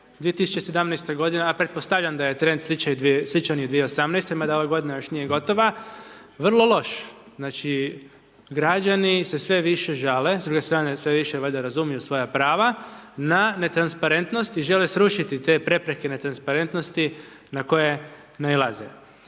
2017. godina, a pretpostavljam da je trend sličan i 2018.-toj, mada ova godina još nije gotova, vrlo loš. Znači, građani se sve više žale, s druge strane, sve više valjda razumiju svoja prava, na netransparentnosti žele srušiti te prepreke netransparentnosti na koje nailaze.